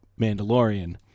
Mandalorian